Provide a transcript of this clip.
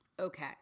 Okay